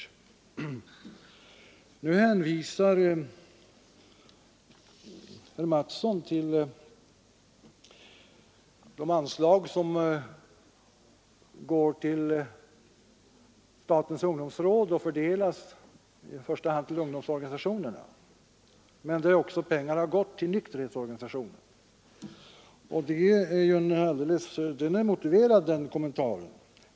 förbundet för Nu hänvisar herr Mattsson i Lane-Herrestad till de anslag som går till alkoholoch TAG statens ungdomsråd och som i första hand fördelas till ungdomsorganisa FORNA, Sning, tionerna men där pengar också går till nykterhetsorganisationerna. Det är en motiverad kommentar.